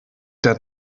der